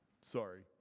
Sorry